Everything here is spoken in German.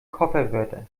kofferwörter